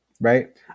Right